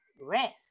Rest